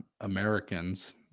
Americans